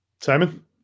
Simon